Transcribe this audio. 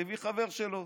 והוא הביא חבר שלו,